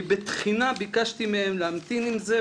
אני בתחינה ביקשתי מהן להמתין עם זה,